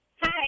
hi